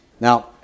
Now